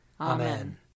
Amen